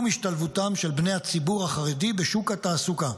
השתלבותם של בני הציבור החרדי בשוק התעסוקה,